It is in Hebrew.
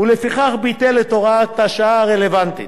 ולפיכך ביטל את הוראת החוק הרלוונטית.